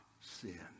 sin